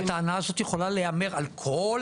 עם כל הכבוד,